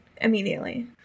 immediately